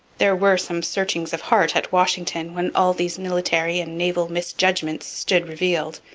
there were some searchings of heart at washington when all these military and naval misjudgments stood revealed.